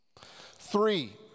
Three